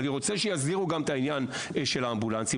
אני רוצה שיסדירו גם את העניין של האמבולנסים